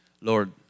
lord